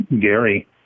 Gary